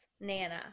Nana